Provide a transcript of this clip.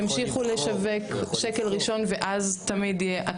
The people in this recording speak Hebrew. הם ימשיכו לשווק שקל ראשון ואז תמיד יהיה,